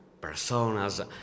personas